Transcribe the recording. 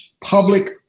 public